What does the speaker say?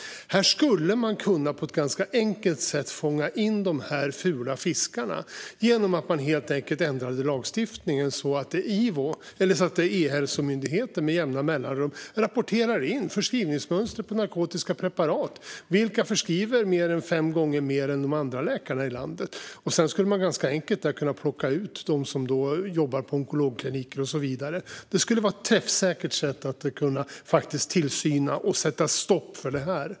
Man skulle på ett ganska enkelt sätt kunna fånga in dessa fula fiskar genom att helt enkelt ändra lagstiftningen så att E-hälsomyndigheten med jämna mellanrum rapporterar in förskrivningsmönster när det gäller narkotiska preparat. Vilka förskriver mer än fem gånger mer än de andra läkarna i landet? Sedan skulle man ganska enkelt kunna plocka ut dem som jobbar på onkologkliniker och så vidare. Det skulle vara ett träffsäkert sätt att faktiskt tillsyna och sätta stopp för detta.